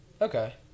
Okay